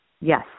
Yes